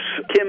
Kim